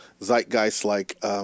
zeitgeist-like